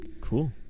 Cool